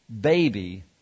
baby